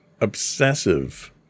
obsessive